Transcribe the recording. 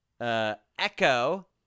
Echo